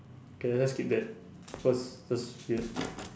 K let's skip that cause that's weird